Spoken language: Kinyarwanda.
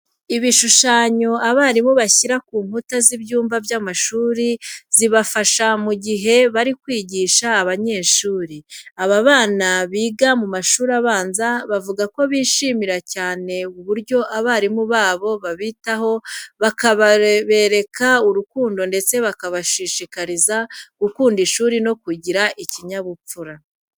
Ibishushanyo abarimu bashyira ku nkuta z'ibyumba by'amashuri zibafasha mu gihe bari kwigisha abanyeshuri. Aba bana biga mu mashuri abanza bavuga ko bishimira cyane uburyo abarimu babo babitaho, bakabereka urukundo ndetse bakabashishikariza gukunda ishuri no kugira ikinyabupfura.